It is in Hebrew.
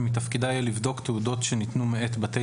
שמתפקידה יהיה לבדוק תעודות שניתנו מאת בתי